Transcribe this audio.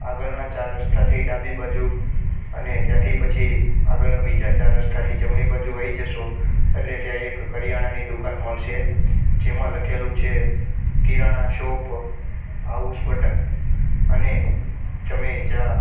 આગળના ચાર રસ્તાથી ડાબી બાજુ અને ત્યાંથી પછી આગળ બીજા ચાર રસ્તાથી જમણી બાજુ આવી જશો એટલે ત્યાં એક કરિયાણાની દુકાન મળશે જેમાં લખેલું છે કિરાણા શોપ હાઉસ બટન અને તમે જ્યાં